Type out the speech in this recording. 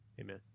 Amen